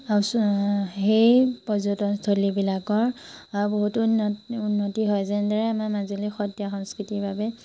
সেই পৰ্যটনস্থলীবিলাকৰ বহুতো উন্নতি উন্নতি হয় যেনেদৰে আমাৰ মাজুলী সত্ৰীয়া সংস্কৃতিৰ বাবে